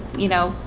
you know,